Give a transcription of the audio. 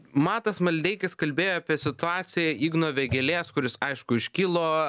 matas maldeikis kalbėjo apie situaciją igno vėgėlės kuris aišku iškilo